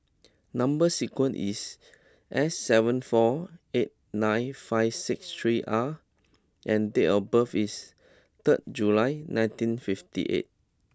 number sequence is S seven four eight nine five six three R and date of birth is third July nineteen fifty eight